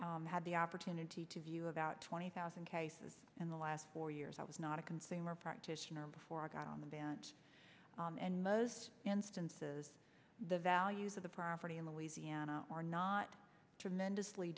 had the opportunity to view about twenty thousand cases in the last four years i was not a consumer practitioner before i got on the bench and most instances the values of the property in louisiana are not tremendously